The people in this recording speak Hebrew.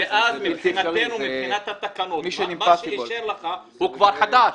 ואז מבחינתנו ומבחינת התקנות מה שאישר לך הוא כבר חדש.